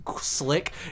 slick